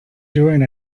doing